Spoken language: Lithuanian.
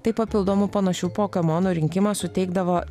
tai papildomų panašių pokemono rinkimas suteikdavo